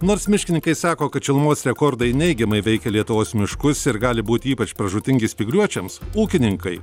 nors miškininkai sako kad šilumos rekordai neigiamai veikia lietuvos miškus ir gali būti ypač pražūtingi spygliuočiams ūkininkai